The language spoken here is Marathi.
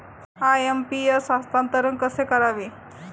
आय.एम.पी.एस हस्तांतरण कसे करावे?